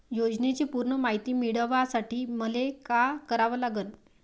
योजनेची पूर्ण मायती मिळवासाठी मले का करावं लागन?